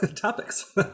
topics